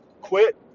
quit